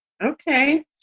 Okay